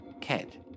cat